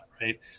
Right